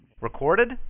Recorded